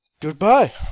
Goodbye